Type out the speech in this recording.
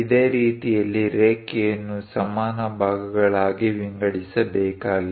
ಇದೇ ರೀತಿಯಲ್ಲಿ ರೇಖೆಯನ್ನು ಸಮಾನ ಭಾಗಗಳಾಗಿ ವಿಂಗಡಿಸಬೇಕಾಗಿದೆ